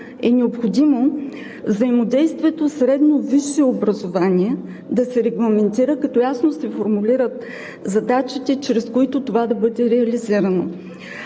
е необходимо взаимодействието средно – висше образование да се регламентира, като ясно се формулират задачите, чрез които това да бъде реализирано.